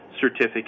certificate